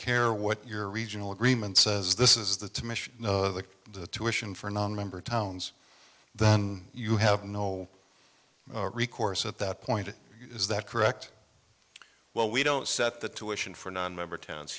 care what your regional agreement says this is the mission of the the tuition for nonmember towns that you have no recourse at that point is that correct well we don't set the tuition for non member towns